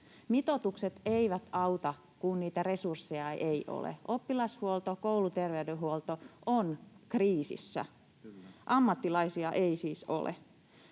Mitoitukset eivät auta, kun resursseja ei ole. Oppilashuolto ja kouluterveydenhuolto ovat kriisissä. Ammattilaisia ei siis ole.